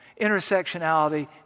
Intersectionality